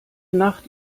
nacht